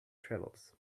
travels